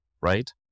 right